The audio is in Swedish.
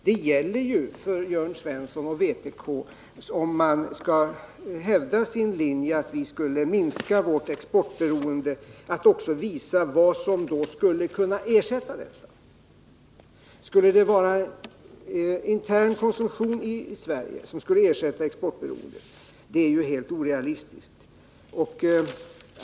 Det gäller för Jörn Svensson och vpk, om de vill hävda sin linje, dvs. att vi skall minska vårt exportberoende, att också visa vad som skulle kunna ersätta detta. Skulle intern konsumtion i Sverige ersätta exportberoendet? Det är ju helt orealistiskt.